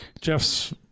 jeff's